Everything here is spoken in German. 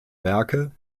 werke